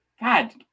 God